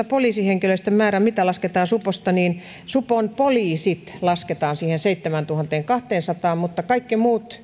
poliisihenkilöstön määrää että ketkä suposta lasketaan niin supon poliisit lasketaan siihen seitsemääntuhanteenkahteensataan mutta muut